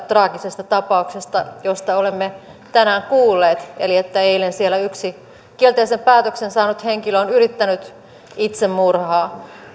traagisesta tapauksesta josta olemme tänään kuulleet eli että eilen siellä yksi kielteisen päätöksen saanut henkilö on yrittänyt itsemurhaa